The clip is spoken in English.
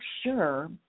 sure